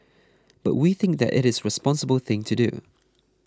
but we think that it is the responsible thing to do